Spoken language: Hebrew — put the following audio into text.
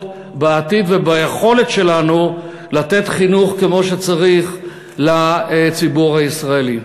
בעתיד וביכולת שלנו לתת חינוך כמו שצריך לציבור הישראלי.